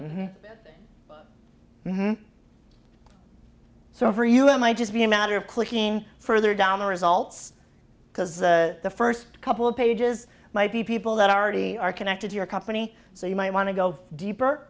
and so for you it might just be a matter of clicking further down the results because the first couple of pages might be people that already are connected to your company so you might want to go deeper